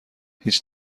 هیچ